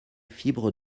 fibres